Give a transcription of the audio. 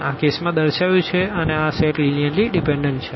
આ કેસમાં દર્શાવ્યું છે અને આ સેટ લીનીઅર્લી ડીપેનડન્ટ છે